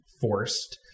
forced